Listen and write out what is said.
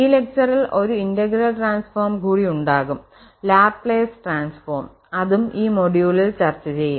ഈ ലെക്ചറിൽ ഒരു ഇന്റഗ്രൽ ട്രാൻസ്ഫോം കൂടി ഉണ്ടാകും ലാപ്ലേസ് ട്രാൻസ്ഫോം അതും ഈ മൊഡ്യൂളിൽ ചർച്ച ചെയ്യും